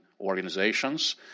organizations